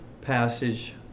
passage